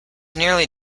nearly